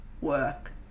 work